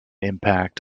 impact